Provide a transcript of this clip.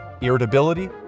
irritability